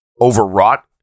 overwrought